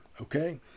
Okay